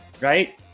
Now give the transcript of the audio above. Right